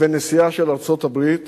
לבין נשיאה של ארצות-הברית,